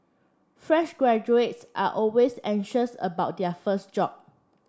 fresh graduates are always anxious about their first job